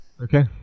Okay